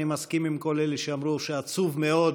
אני מסכים עם כל אלה שאמרו שעצוב מאוד,